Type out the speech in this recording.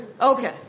Okay